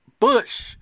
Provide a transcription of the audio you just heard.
Bush